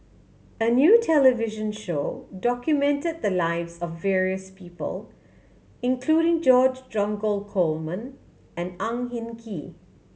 a new television show documented the lives of various people including George Dromgold Coleman and Ang Hin Kee